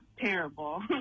terrible